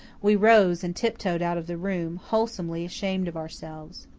we rose and tiptoed out of the room, wholesomely ashamed of ourselves.